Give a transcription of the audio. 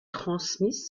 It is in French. transmise